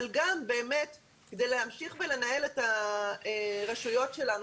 אבל כדי להמשיך ולנהל את הרשויות שלנו